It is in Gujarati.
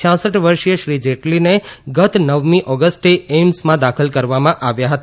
કડ વર્ષીય શ્રી જેટલીને ગત નવમી ઓગષ્ટે એઈમ્સમાં દાખલ કરવામાં આવ્યા હતા